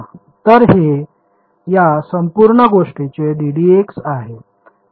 तर हे या संपूर्ण गोष्टीचे ddx आहे